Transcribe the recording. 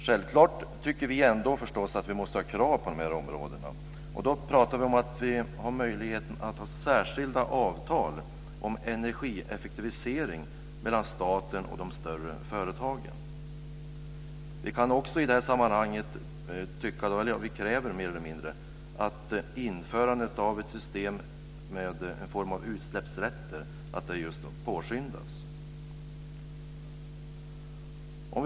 Självklart måste det ändå ställas krav på dessa områden, och då pratar vi om möjligheten att ha särskilda avtal om energieffektivisering mellan staten och de större företagen. I detta sammanhang mer eller mindre kräver vi också att ett införande av ett system med en form av utsläppsrätter påskyndas.